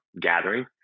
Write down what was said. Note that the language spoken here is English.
gathering